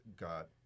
got